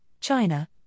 China